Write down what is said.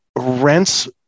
rents